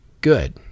good